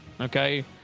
Okay